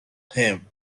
him